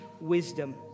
wisdom